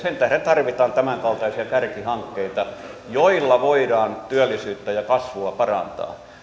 sen tähden tarvitaan tämänkaltaisia kärkihankkeita joilla voidaan työllisyyttä ja kasvua parantaa